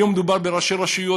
היום מדובר בראשי רשויות,